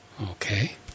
Okay